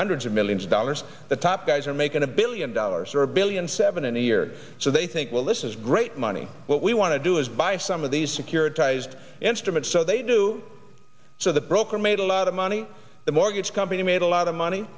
hundreds of millions of dollars the top guys are making a billion dollars or a billion seven and a year so they think well this is great money what we want to do is buy some of these securitized instruments so they do so the broker made a lot of money the mortgage company made a lot of money